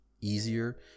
easier